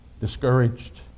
discouraged